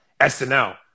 SNL